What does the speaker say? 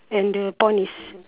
and the pond is